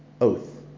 Oath